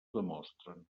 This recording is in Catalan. demostren